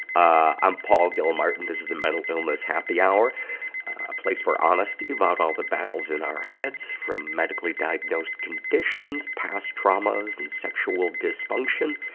i'm paul gilmartin this is the mental illness happy hour a place for honesty about all the battles in our heads, from medically-diagnosed conditions, past traumas and sexual dysfunctions,